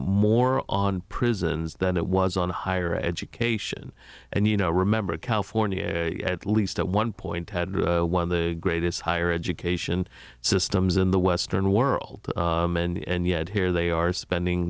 more on prisons than it was on higher education and you know remember california at least at one point had one of the greatest higher education systems in the western world and yet here they are spending